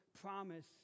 promise